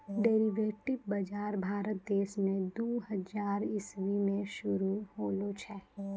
derivative बजार भारत देश मे दू हजार इसवी मे शुरू होलो छै